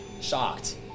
shocked